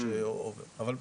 אז,